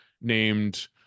named